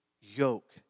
yoke